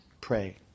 pray